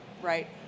right